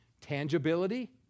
Tangibility